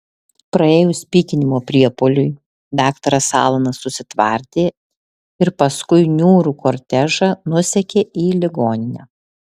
praėjus pykinimo priepuoliui daktaras alanas susitvardė ir paskui niūrų kortežą nusekė į ligoninę